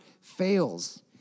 fails